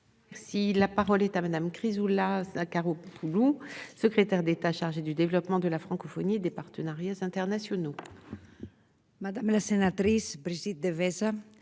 Si la parole est à madame Chrysoula Zacharopoulou Secrétaire d'État chargée du développement de la francophonie et des partenariats internationaux.